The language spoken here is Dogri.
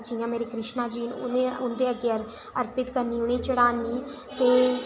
जि'यां मेरे कृष्णा जी उ'नेंगी उंं'दे अग्गै अर्पित करनी उ'नेंगी चढ़ानी ते